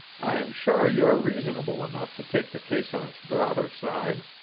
i'm sure you are reasonable enough to take the case on its broader side.